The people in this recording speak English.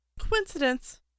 coincidence